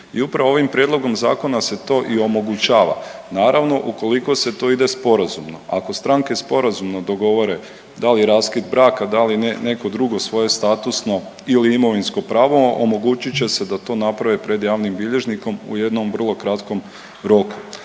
upravo ovim prijedlogom zakona se to i omogućava. Naravno ukoliko se to ide sporazumno, ako stranke sporazumno dogovore da li raskid braka, da li neko drugo svoje statusno ili imovinsko pravo omogućit će se da to naprave pred javnim bilježnikom u jednom vrlo kratkom roku.